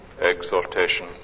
exhortation